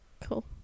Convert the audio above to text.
Cool